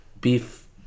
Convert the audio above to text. beef